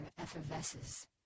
effervesces